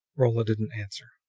rolla didn't answer